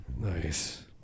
Nice